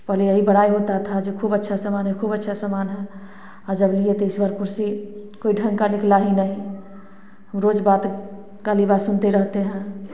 पहले यही बड़ाई होता था जो खूब अच्छा समान है खूब अच्छा समान है हर जगह ये और कुर्सी कोई ढंग का निकला ही नहीं रोज बात खाली बात सुनते रहते हैं